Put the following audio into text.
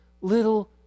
little